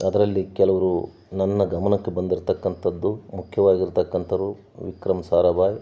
ಅದರಲ್ಲಿ ಕೆಲವರು ನನ್ನ ಗಮನಕ್ಕೆ ಬಂದಿರ್ತಕ್ಕಂಥದ್ದು ಮುಖ್ಯವಾಗಿರ್ತಕ್ಕಂಥವ್ರು ವಿಕ್ರಮ್ ಸಾರಾಭಾಯಿ